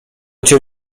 cię